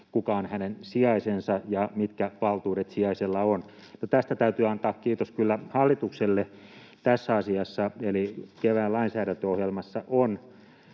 kuka on hänen sijaisensa ja mitkä valtuudet sijaisella on? Mutta tästä täytyy antaa kiitos kyllä hallitukselle tässä asiassa, eli kevään lainsäädäntöohjelmassa on